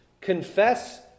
confess